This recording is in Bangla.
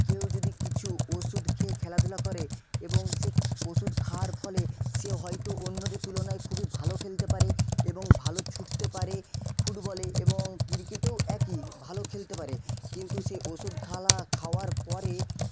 কেউ যদি কিছু ওষুধ খেয়ে খেলাধুলা করে এবং সে ওষুধ খাওয়ার ফলে সে হয়তো অন্যদের তুলনায় খুবই ভালো খেলতে পারে এবং ভালো ছুটতে পারে ফুটবলে এবং ক্রিকেটেও একই ভালো খেলতে পারে কিন্তু সে ওষুধ খালা খাওয়ার পরে